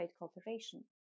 cooperation